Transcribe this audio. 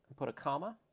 put a comma,